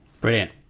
Brilliant